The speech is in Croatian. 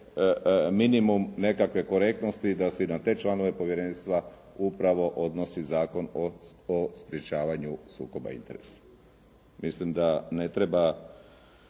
minimum nekakve korektnosti da se na te članove povjerenstva upravo odnosi Zakon o sprječavanju sukoba interesa. Mislim da ne treba